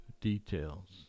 details